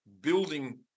building